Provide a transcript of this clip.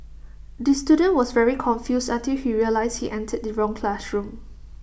the student was very confused until he realised he entered the wrong classroom